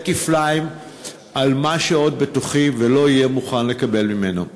כפליים על מי שעוד בתוכו ולא יהיה מוכן לקבל את עצמו.